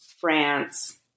France